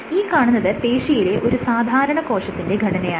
ഈ കാണുന്നത് പേശിയിലെ ഒരു സാധാരണ കോശത്തിന്റെ ഘടനയാണ്